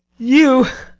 you!